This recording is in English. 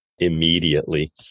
immediately